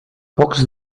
pocs